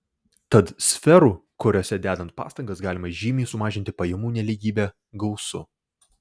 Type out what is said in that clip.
tad sferų kuriose dedant pastangas galima žymiai sumažinti pajamų nelygybę gausu